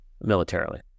militarily